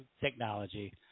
technology